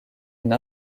une